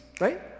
right